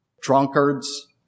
drunkards